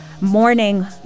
morning